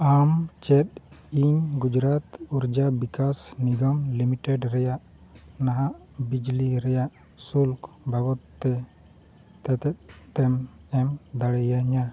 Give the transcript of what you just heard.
ᱟᱢ ᱪᱮᱫ ᱤᱧ ᱜᱩᱡᱽᱨᱟᱴ ᱚᱨᱡᱟ ᱵᱤᱠᱟᱥ ᱱᱤᱜᱚᱢ ᱞᱤᱢᱤᱴᱮᱰ ᱨᱮᱭᱟᱜ ᱱᱟᱦᱟᱜ ᱵᱤᱡᱽᱞᱤ ᱨᱮᱭᱟᱜ ᱥᱩᱞᱠ ᱵᱟᱵᱚᱫ ᱛᱮ ᱛᱮᱛᱮᱫ ᱛᱮᱢ ᱮᱢ ᱫᱟᱲᱮᱭᱟᱹᱧᱟᱹ